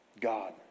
God